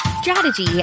strategy